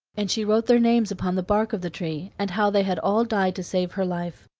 and she wrote their names upon the bark of the tree, and how they had all died to save her life.